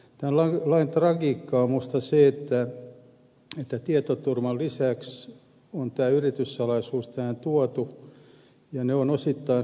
tämän lain tragiikkaa on minusta se että tietoturvan lisäksi tähän on tuotu yrityssalaisuus ja ne ovat osittain ristikkäisiä